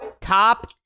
Top